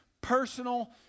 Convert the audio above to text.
personal